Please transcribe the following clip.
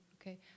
Okay